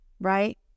Right